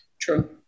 True